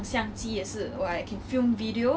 mm 什么